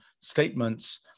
statements